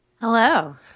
Hello